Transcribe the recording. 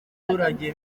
baturage